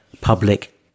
public